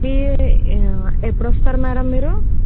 మీ ఎప్పుడు వస్తారు మేడం మీరు